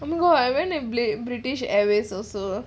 oh my god I went to book british airways also